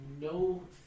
no